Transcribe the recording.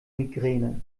migräne